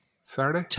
Saturday